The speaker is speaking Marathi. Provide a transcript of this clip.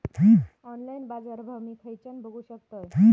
ऑनलाइन बाजारभाव मी खेच्यान बघू शकतय?